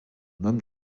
homme